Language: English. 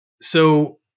So-